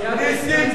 אתה יותר קיצוני,